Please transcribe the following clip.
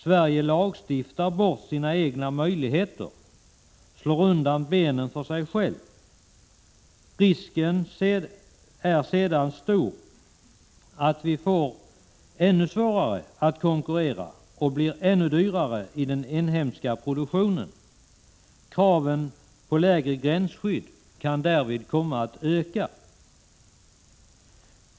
Sverige lagstiftar bort sina egna möjligheter — slår undan benen för sig själv. Risken är stor att vi sedan får ännu svårare att konkurrera och att den inhemska produktionen blir ännu dyrare. Kraven på lägre gränsskydd kan därvid komma att öka.